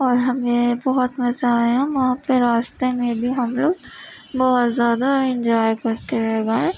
اور ہمیں بہت مزہ آیا وہاں پہ راستے میں بھی ہم لوگ بہت زیادہ انجوائے کرتے ہوئے گئے